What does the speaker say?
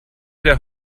der